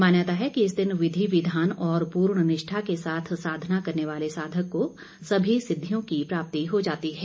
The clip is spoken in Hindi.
मान्यता है कि इस दिन विधि विधान और पूर्ण निष्ठा के साथ साधना करने वाले साधक को सभी सिद्दियों की प्राप्ति हो जाती है